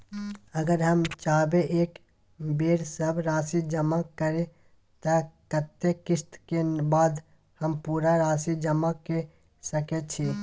अगर हम चाहबे एक बेर सब राशि जमा करे त कत्ते किस्त के बाद हम पूरा राशि जमा के सके छि?